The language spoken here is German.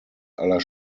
aller